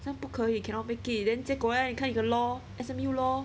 看不可以 cannot make it then 结果 leh 你看你的 law 还是 new law